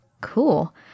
Cool